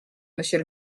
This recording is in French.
monsieur